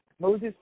Moses